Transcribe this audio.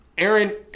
Aaron